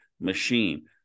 machine